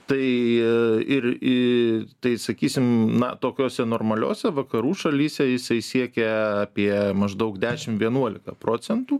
tai ir į tai sakysime na tokiose normaliose vakarų šalyse jisai siekia apie maždaug dešimt vienuoliką procentų